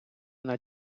над